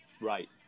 Right